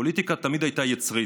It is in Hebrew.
הפוליטיקה תמיד הייתה יצרית,